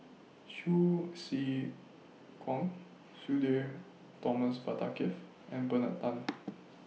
Hsu Tse Kwang Sudhir Thomas Vadaketh and Bernard Tan